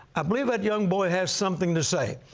i believe that young boy has something to say,